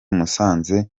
musanze